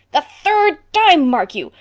the third time, mark you.